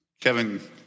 Kevin